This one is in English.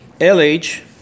LH